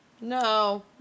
No